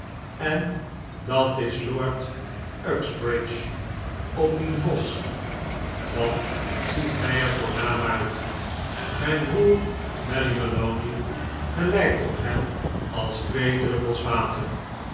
en dat is lord uxbridge op dien vos wat ziet hij er voornaam uit mijn broer malley maloney gelijkt op hem als twee druppels water